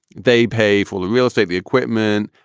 they pay for the real estate, the equipment.